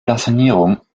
blasonierung